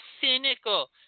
cynical